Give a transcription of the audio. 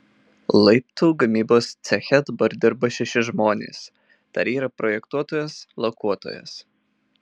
laiptų gamybos ceche dabar dirba šeši žmonės dar yra projektuotojas lakuotojas